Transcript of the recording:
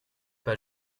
pas